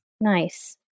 Nice